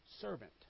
servant